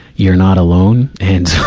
you're not alone, and,